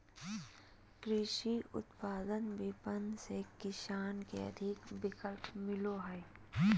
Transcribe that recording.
कृषि उत्पाद विपणन से किसान के अधिक विकल्प मिलो हइ